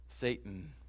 Satan